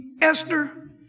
Esther